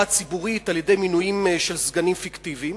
הציבורית על-ידי מינויים של סגנים פיקטיביים,